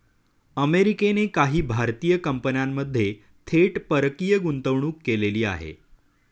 अमेरिकेने काही भारतीय कंपन्यांमध्ये थेट परकीय गुंतवणूक केलेली आहे